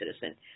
citizen